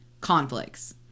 conflicts